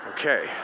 Okay